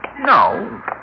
No